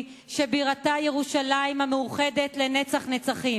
שבירתה ירושלים המאוחדת לנצח נצחים.